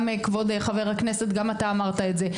גם כבוד חבר הכנסת גם אתה אמרת את זה,